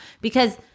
because-